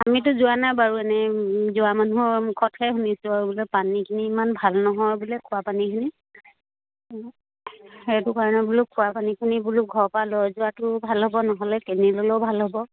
আমিতো যোৱা নাই বাৰু এনেই যোৱা মানুহৰ মুখতহে খাই শুনিছোঁ আৰু বোলে পানীখিনি ইমান ভাল নহয় বোলে খোৱা পানীখিনি সেইটো কাৰণে বোলো খোৱা পানীখিনি বোলো ঘৰৰ পৰা লৈ যোৱাটো ভাল হ'ব নহ'লে কিনি ল'লেও ভাল হ'ব